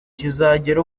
kizagere